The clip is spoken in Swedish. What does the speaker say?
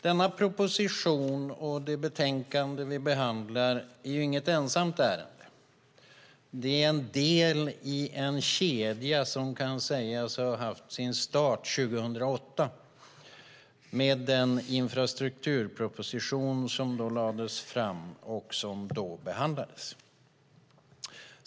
Denna proposition och det betänkande vi behandlar är inget ensamt ärende. Det är en del i en kedja som kan sägas ha haft sin start 2008 med den infrastrukturproposition som då lades fram och behandlades.